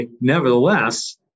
Nevertheless